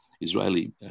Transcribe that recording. Israeli